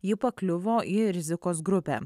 ji pakliuvo į rizikos grupę